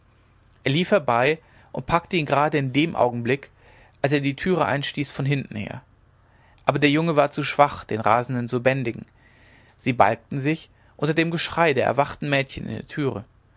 er lief herbei und packte ihn gerade in dem augenblick als er die türe einstieß von hinten her aber der junge war zu schwach den rasenden zu bändigen sie balgten sich unter dem geschrei der erwachten mädchen in der türe